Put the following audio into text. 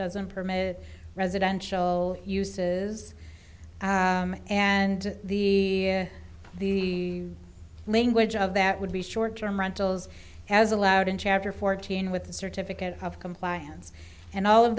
doesn't permit residential uses and the language of that would be short term rentals as allowed in chapter fourteen with the certificate of compliance and all of